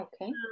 okay